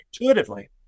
intuitively